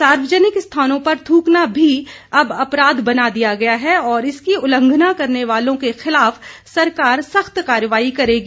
सार्वजनिक स्थानों पर थ्रकना भी अब अपराध बना दिया गया है और इसकी उल्लंघना करने वालों के खिलाफ सरकार सख्त कार्रवाई करेगी